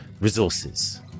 resources